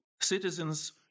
citizens